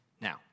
Now